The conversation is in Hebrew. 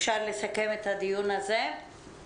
אפשר לסכם את הדיון הזה.